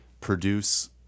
produce